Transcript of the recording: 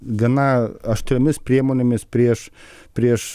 gana aštriomis priemonėmis prieš prieš